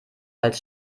als